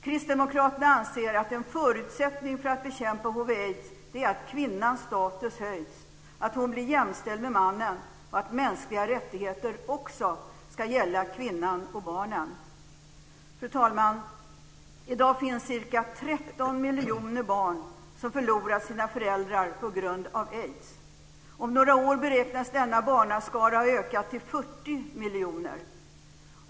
Kristdemokraterna anser att en förutsättning för att bekämpa hiv/aids är att kvinnans status höjs, att hon blir jämställd med mannen och att detta med mänskliga rättigheter också ska gälla kvinnan och barnen. Fru talman! I dag finns det ca 13 miljoner barn som har förlorat sina föräldrar på grund av aids. Om några år beräknas denna barnaskara ha ökat till 40 miljoner.